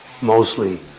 Mostly